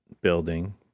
building